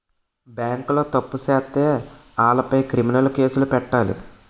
బేంకోలు తప్పు సేత్తే ఆలపై క్రిమినలు కేసులు పెట్టాలి